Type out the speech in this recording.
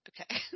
Okay